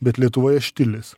bet lietuvoje štilis